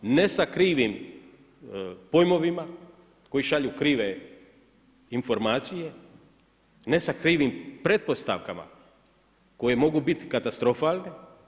Ne sa krivim pojmovima, koji šalju krive informacije, ne sa krivim pretpostavkama, koje mogu biti katastrofalne.